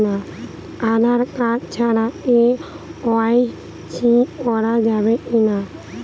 Aadhaar card ছাড়া কে.ওয়াই.সি করা যাবে কি না?